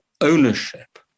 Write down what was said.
ownership